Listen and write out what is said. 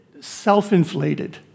self-inflated